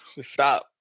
Stop